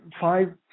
five